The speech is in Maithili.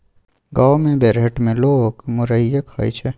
गाम मे बेरहट मे लोक मुरहीये खाइ छै